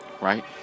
right